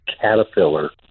caterpillar